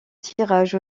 tirage